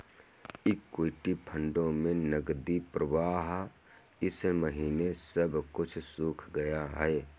equity फंडों में नकदी प्रवाह इस महीने सब कुछ सूख गया है